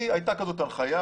הייתה הנחיה